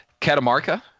Catamarca